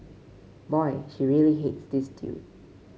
boy she really hates this dude